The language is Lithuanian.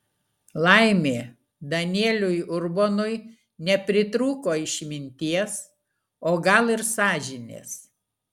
laimė danieliui urbonui nepritrūko išminties o gal ir sąžinės